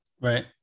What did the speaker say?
Right